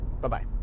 Bye-bye